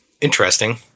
interesting